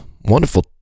Wonderful